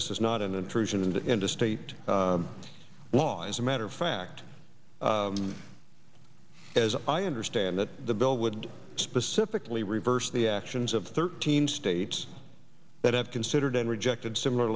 this is not an intrusion into into state law as a matter of fact as i understand it the bill would specifically reverse the actions of thirteen states that have considered and rejected similar